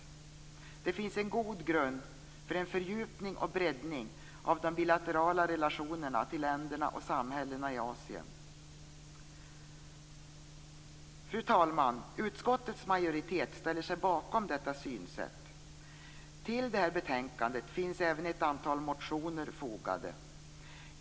Det finns en god grund för en fördjupning och breddning av de bilaterala relationerna till länderna och samhällena i Asien. Fru talman! Utskottets majoritet ställer sig bakom detta synsätt. I betänkandet behandlas även ett antal motioner.